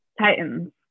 Titans